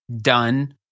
done